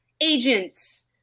agents